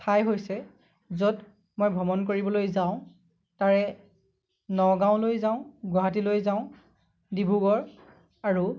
ঠাই হৈছে য'ত মই ভ্ৰমণ কৰিবলৈ যাওঁ তাৰে নগাঁৱলৈ যাওঁ গুৱাহাটীলৈ যাওঁ ডিব্ৰুগড় আৰু